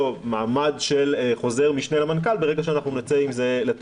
מעמד של חוזר משנה למנכ"ל ברגע שאנחנו נצא עם זה.